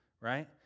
right